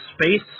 space